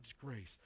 grace